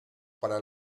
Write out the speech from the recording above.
para